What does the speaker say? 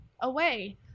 away